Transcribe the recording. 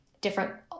different